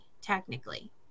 technically